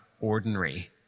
ordinary